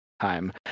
time